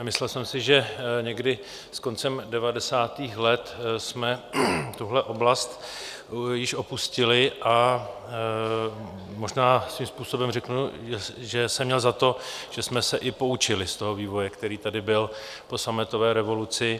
Myslel jsem si, že někdy s koncem devadesátých let jsme tuhle oblast již opustili, a možná svým způsobem řeknu, že jsem měl za to, že jsme se i poučili z toho vývoje, který tady byl po sametové revoluci.